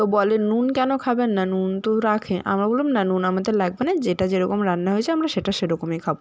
তো বলে নুন কেন খাবেন না নুন তো রাখে আমরা বললাম না নুন আমাদের লাগবে না যেটা যেরকম রান্না হয়েছে আমরা সেটা সেরকমই খাবো